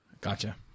Gotcha